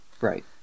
Right